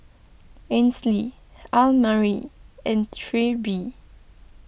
Ainsley Elmire and Trilby